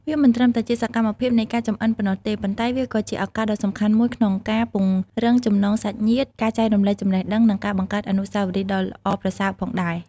វាមិនត្រឹមតែជាសកម្មភាពនៃការចម្អិនប៉ុណ្ណោះទេ ប៉ុន្តែវាក៏ជាឱកាសដ៏សំខាន់មួយក្នុងការពង្រឹងចំណងសាច់ញាតិ ការចែករំលែកចំណេះដឹង និងការបង្កើតអនុស្សាវរីយ៍ដ៏ល្អប្រសើរផងដែរ ។